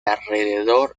alrededor